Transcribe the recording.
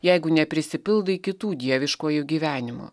jeigu neprisipildai kitų dieviškuoju gyvenimu